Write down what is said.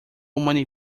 many